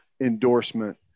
endorsement